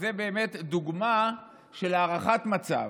זאת דוגמה של הערכת מצב.